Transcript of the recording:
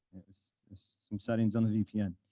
it was some settings on the vpn.